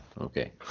Okay